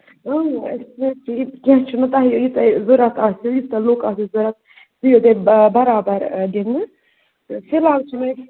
أسۍ کیٚنہہ چھُنہٕ تۄہہِ یہِ تۄہہِ ضوٚرَتھ آسہِ یُس تۄہہِ لُک آسیو ضوٚرَتھ سُہ یی تۄہہِ برابر دِنہٕ تہٕ فِلحال چھِ مےٚ